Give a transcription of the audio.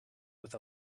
with